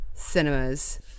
cinema's